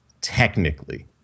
technically